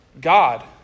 God